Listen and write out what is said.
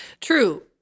True